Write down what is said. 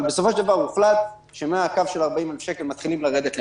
אבל בסופו של דבר הוחלט שמהקו של 40,000 שקל מתחילים לרדת למטה,